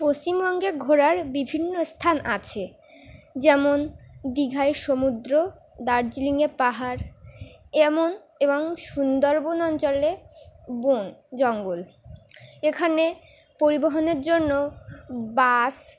পশ্চিমবঙ্গে ঘোরার বিভিন্ন স্থান আছে যেমন দীঘায় সমুদ্র দার্জিলিংয়ে পাহাড় এমন এবং সুন্দরবন অঞ্চলে বন জঙ্গল এখানে পরিবহনের জন্য বাস